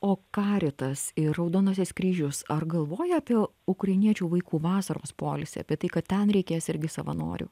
o karitas ir raudonasis kryžius ar galvoja apie ukrainiečių vaikų vasaros poilsį apie tai kad ten reikės irgi savanorių